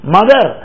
Mother